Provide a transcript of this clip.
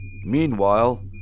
Meanwhile